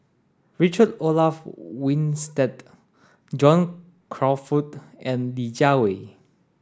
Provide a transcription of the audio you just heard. Richard Olaf Winstedt John Crawfurd and Li Jiawei